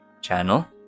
channel